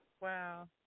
Wow